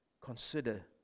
Consider